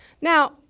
Now